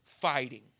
fighting